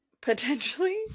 Potentially